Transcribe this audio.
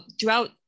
throughout